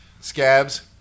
Scabs